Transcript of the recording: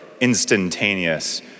instantaneous